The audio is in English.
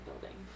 building